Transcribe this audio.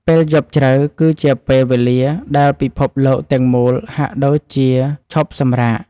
ពេលយប់ជ្រៅគឺជាពេលវេលាដែលពិភពលោកទាំងមូលហាក់ដូចជាឈប់សម្រាក។